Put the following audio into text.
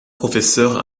professeur